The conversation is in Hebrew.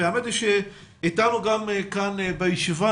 איתנו כאן בישיבה